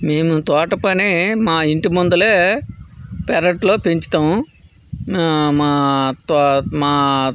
మేము తోటపనే మా ఇంటి ముందరే పెరట్లో పెంచుతాం మా తో మా